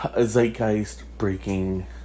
zeitgeist-breaking